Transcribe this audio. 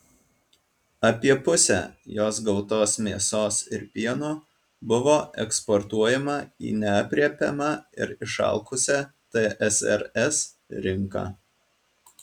apie pusę jos gautos mėsos ir pieno buvo eksportuojama į neaprėpiamą ir išalkusią tsrs rinką